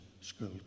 School